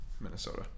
Minnesota